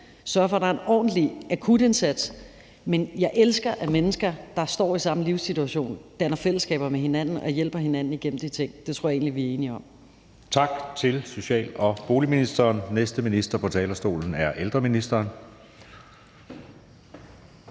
sørge for, at der er en ordentlig akutindsats. Men jeg elsker, at mennesker, der står i samme livssituation, danner fællesskaber med hinanden og hjælper hinanden igennem de ting. Det tror jeg egentlig vi er enige om. Kl. 14:44 Anden næstformand (Jeppe Søe): Tak til social- og boligministeren. Næste minister på talerstolen er ældreministeren.